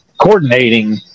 coordinating